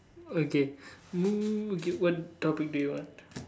okay hmm okay what topic do you want